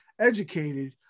educated